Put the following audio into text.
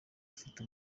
afite